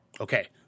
Okay